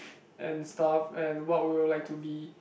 and stuff and what we'll like to be